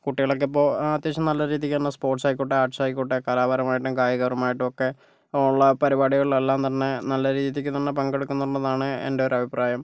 കുട്ടികളൊക്കെ ഇപ്പോൾ അത്യാവശ്യം നല്ല രീതിക്ക് തന്നെ സ്പോർട്സ് ആയിക്കോട്ടെ ആർട്സ് ആയിക്കോട്ടെ കലാപരമായിട്ടും കായികപരമായിട്ടും ഒക്കെ ഉള്ള പരിപാടികളിൽ എല്ലാം തന്നെ നല്ല രീതിക്ക് തന്നെ പങ്കെടുക്കുന്നുണ്ടെന്നാണ് എൻ്റെ ഒരു അഭിപ്രായം